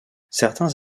certains